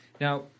Now